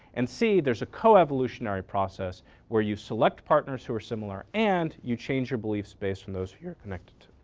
and c, there's a co-evolutionary process where you select partners who are similar and you change your beliefs based from those who you are connected